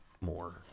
more